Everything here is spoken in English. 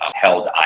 held